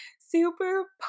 Super